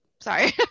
sorry